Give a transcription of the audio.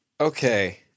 Okay